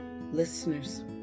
Listeners